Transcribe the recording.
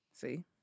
see